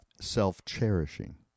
self-cherishing